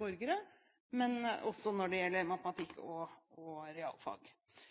borgere – men også når det gjelder realfag, bl.a. matematikk. Jeg har et håp om at vi treffer flere av disse guttene hvis vi klarer å jobbe mer variert og